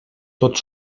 tot